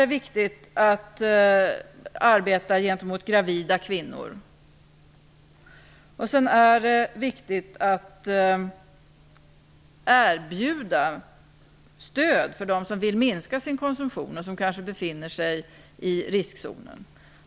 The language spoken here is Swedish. Det är viktigt att arbeta gentemot gravida kvinnor, och det är viktigt att erbjuda stöd för dem som vill minska sin konsumtion och som kanske befinner sig i riskzonen.